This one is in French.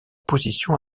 position